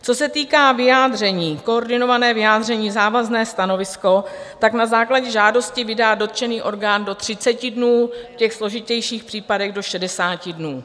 Co se týká vyjádření, koordinované vyjádření, závazné stanovisko, na základě žádosti vydá dotčený orgán do 30 dnů, v složitějších případech do 60 dnů.